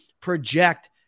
project